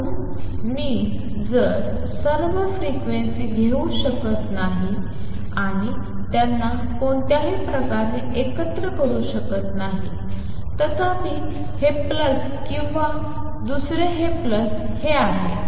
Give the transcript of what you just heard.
म्हणून मी सर्व फ्रिक्वेन्सी घेऊ शकत नाही आणि त्यांना कोणत्याही प्रकारे एकत्र करू शकत नाही तथापि हे प्लस हे किंवा दुसरे हे प्लस हे आहे